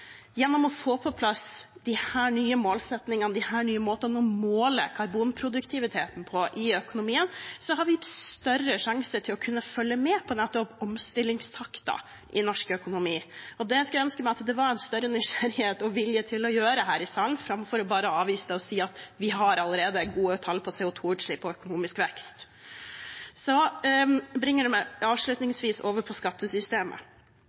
Gjennom å få på plass disse nye målsettingene, disse nye måtene å måle karbonproduktiviteten på i økonomien, har vi større sjanse til å kunne følge med på nettopp omstillingstakten i norsk økonomi. Det skulle jeg ønske meg at det var en større nysgjerrighet om og vilje til å gjøre her i salen, framfor bare å avvise det og si at vi allerede har gode tall på CO 2 -utslipp og økonomisk vekst. Det bringer meg avslutningsvis over på skattesystemet.